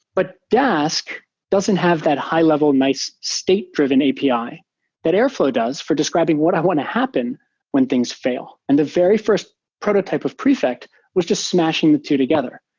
but dask doesn't have that high-level nice state-driven api that airflow does for describing what i want to happen when things fail. and the very first prototype of prefect was just smashing the two together.